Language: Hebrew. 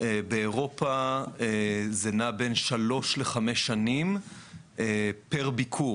באירופה זה נע בין שלוש לחמש שנים פר ביקור.